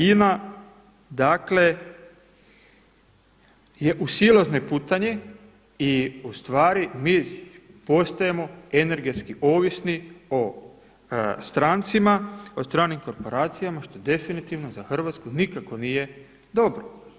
INA je u silaznoj putanji i ustvari mi postajemo energetski ovisni o strancima, o stranim korporacijama što definitivno za Hrvatsku nikako nije dobro.